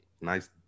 nice